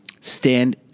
stand